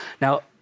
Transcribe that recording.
Now